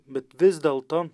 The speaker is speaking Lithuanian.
bet vis dėlto